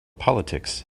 politics